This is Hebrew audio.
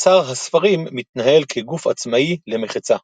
אוצר הספרים מתנהל כגוף עצמאי למחצה.